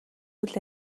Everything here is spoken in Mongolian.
үйл